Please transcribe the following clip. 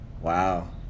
Wow